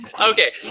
Okay